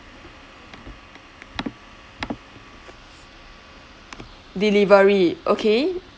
delivery okay